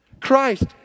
Christ